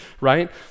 right